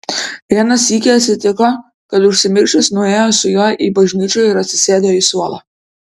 vieną sykį atsitiko kad užsimiršęs nuėjo su juo į bažnyčią ir atsisėdo į suolą